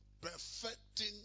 perfecting